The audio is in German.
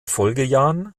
folgejahren